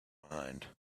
behind